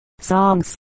Songs